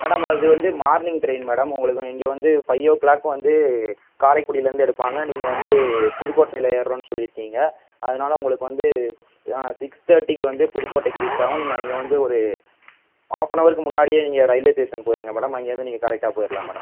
madam இது வந்து morning train madam உங்களுக்கு இங்கே வந்து ஃபைவ் ஓ கிளாக் வந்து காரைக்குடிலேருந்து எடுப்பாங்க நீங்கள் வந்து புதுக்கோட்டையில் ஏறுகிறேன்னு சொல்லியிருக்கிங்க அதனால உங்களுக்கு வந்து சிக்ஸ் தேர்ட்டிக்கு வந்து புதுக்கோட்டைக்கு ரீச் ஆகும் நீங்கள் அங்கே வந்து ஒரு ஹாஃப் அன் ஹவருக்கு முன்னாடியே நீங்கள் ரயில்வே ஸ்டேஷன் போயிடுங்க மேடம் அங்கேயிருந்து நீங்கள் கரெக்ட்டாக போயிடலாம் மேடம்